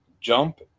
jump